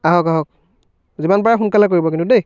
আহক আহক যিমান পাৰে সোনকালে কৰিব কিন্তু দেই